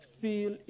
feel